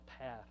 path